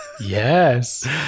Yes